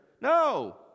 No